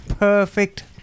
perfect